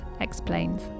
explains